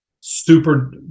super